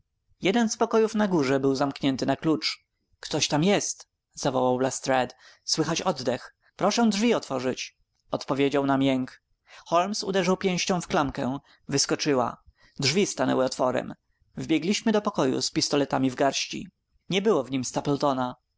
jeden z pokojów na górze był zamknięty na klucz ktoś tam jest zawołał lestrade słychać oddech proszę drzwi otworzyć odpowiedział nam jęk holmes uderzył pięścią w klamkę wyskoczyła drzwi stanęły otworem wbiegliśmy do pokoju z pistoletami w garści nie było w nim